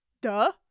Duh